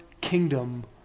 kingdom